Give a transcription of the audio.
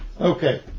Okay